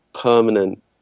permanent